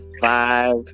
five